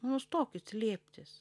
nustokit slėptis